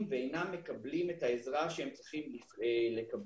ומקבלים את העזרה שהם צריכים לקבל.